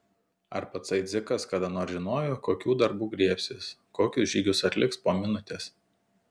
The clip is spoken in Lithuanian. ar patsai dzikas kada nors žinojo kokių darbų griebsis kokius žygius atliks po minutės